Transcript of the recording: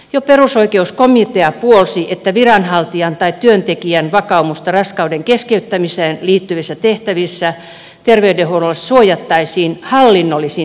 jo perusoikeuskomitea puolsi että viranhaltijan tai työntekijän vakaumusta raskauden keskeyttämiseen liittyvissä tehtävissä terveydenhuollossa suojattaisiin hallinnollisin järjestelyin